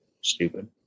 Stupid